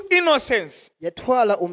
innocence